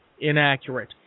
inaccurate